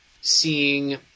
seeing